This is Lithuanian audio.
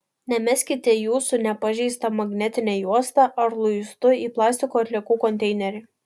nemeskite jų su nepažeista magnetine juosta ar luistu į plastiko atliekų konteinerį